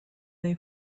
they